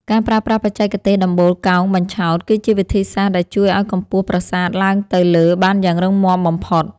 ការប្រើប្រាស់បច្ចេកទេសដំបូលកោងបញ្ឆោតគឺជាវិធីសាស្រ្តដែលជួយឱ្យកម្ពស់ប្រាសាទឡើងទៅលើបានយ៉ាងរឹងមាំបំផុត។